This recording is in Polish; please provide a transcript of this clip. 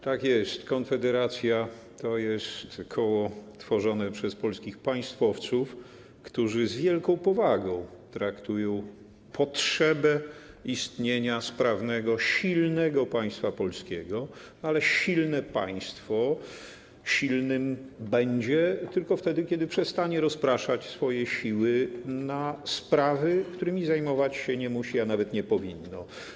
Tak jest, Konfederacja to jest koło tworzone przez polskich państwowców, którzy z wielką powagą traktują potrzebę istnienia sprawnego, silnego państwa polskiego, ale silne państwo silnym będzie tylko wtedy, kiedy przestanie rozpraszać swoje siły na sprawy, którymi zajmować się nie musi, a nawet nie powinno.